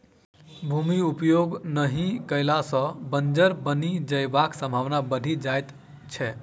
भूमि उपयोग नहि कयला सॅ बंजर बनि जयबाक संभावना बढ़ि जाइत छै